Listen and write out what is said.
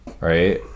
right